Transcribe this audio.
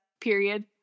period